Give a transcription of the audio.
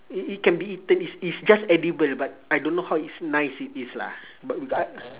i~ it can be eaten is is just edible but I don't know how is nice it is lah but we